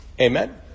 Amen